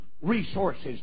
Resources